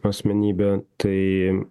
asmenybę tai